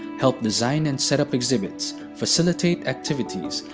helped design and set up exhibits, facilitate activities,